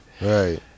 Right